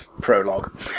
prologue